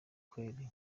kweri